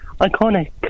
iconic